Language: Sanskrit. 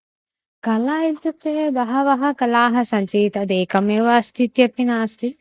कला इत्युक्ते बह्व्यः कलाः सन्ति तदेकमेव अस्ति इत्यपि नास्ति